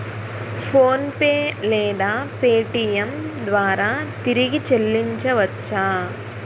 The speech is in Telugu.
ఫోన్పే లేదా పేటీఏం ద్వారా తిరిగి చల్లించవచ్చ?